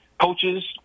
coaches